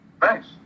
Thanks